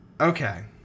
Okay